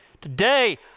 Today